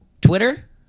Twitter